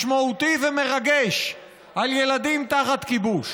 משמעותי ומרגש על ילדים תחת כיבוש.